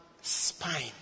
spine